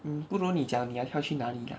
mm 不如你讲你要跳去哪里 lah